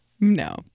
No